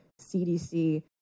CDC